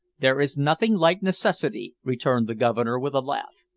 there is nothing like necessity, returned the governor, with a laugh.